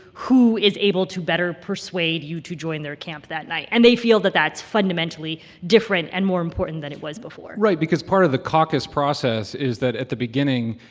who is able to better persuade you to join their camp that night. and they feel that that's fundamentally different and more important than it was before right because part of the caucus process is that at the beginning,